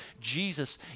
Jesus